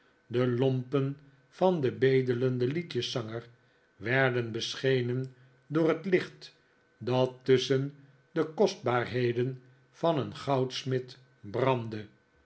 de lompen van den bedelenden liedjeszanger werden beschenen door het licht dat tusschen de kostbaarheden van een goudsmid brandde